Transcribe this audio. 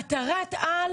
מטרת העל